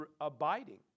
abiding